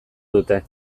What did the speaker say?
dute